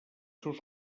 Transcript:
seus